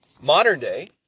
modern-day